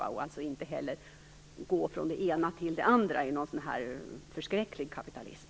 Man skall alltså inte gå från det ena till det andra mot en förskräcklig kapitalism.